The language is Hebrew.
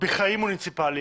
בחיים מוניציפאליים,